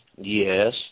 Yes